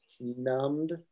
numbed